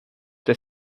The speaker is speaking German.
der